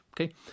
Okay